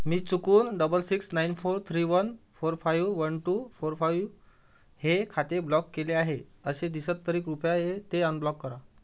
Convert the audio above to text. मी चुकून double six nine four three one four five one two four five हे खाते block केले आहे असे दिसत तरी कृपया हे ते अनब्लॉक करा